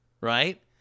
right